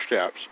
steps